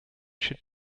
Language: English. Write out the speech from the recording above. should